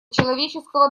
человеческого